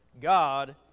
God